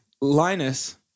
Linus